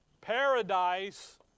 paradise